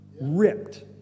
ripped